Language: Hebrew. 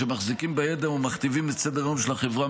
שמחזיקים בידע ומכתיבים את סדר-היום של החברה,